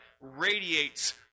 radiates